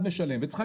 אלפי שקלים.